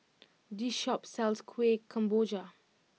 this shop sells Kueh Kemboja